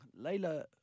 Layla